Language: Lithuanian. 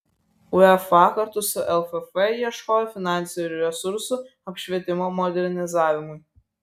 uefa kartu su lff ieškojo finansinių resursų apšvietimo modernizavimui